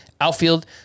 outfield